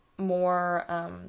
more